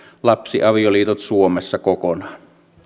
lapsiavioliitot suomessa kokonaan